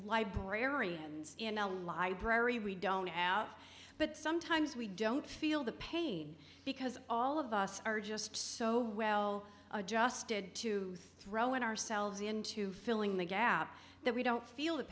librarians in a library we don't out but sometimes we don't feel the pain because all of us are just so well adjusted to throwing ourselves into filling the gap that we don't feel